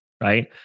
right